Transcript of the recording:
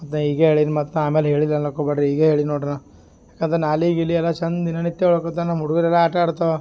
ಮತ್ತು ಈಗ ಹೇಳಿದೆ ಮತ್ತು ಆಮೇಲೆ ಹೇಳಿದೆ ಅನ್ನೋಕೆ ಹೋಗಬ್ಯಾಡ್ರಿ ಈಗೆ ಹೇಳಿ ನೋಡ್ರಿ ನಾ ಯಾಕಂದ್ರೆ ನ್ಯಾಲಿ ಗೀಲಿ ಎಲ್ಲ ಚೆಂದ್ ದಿನನಿತ್ಯ ಅಳ್ಕೋತ ನಮ್ಮ ಹುಡುಗ್ರು ಎಲ್ಲ ಆಟ ಆಡ್ತಾವ